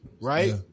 right